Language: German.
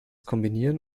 kombinieren